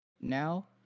now